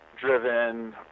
driven